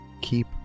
keep